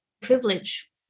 privilege